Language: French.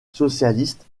socialiste